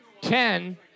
ten